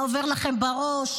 מה עובר לכם בראש?